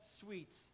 suites